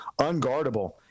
unguardable